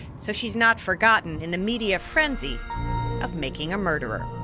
so she is not forgotten in the media frenzy of making a murder.